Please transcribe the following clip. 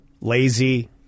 Lazy